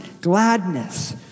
gladness